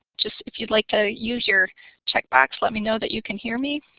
just if you'd like ah use your chat box let me know that you can hear me.